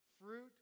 fruit